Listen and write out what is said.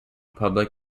public